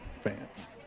fans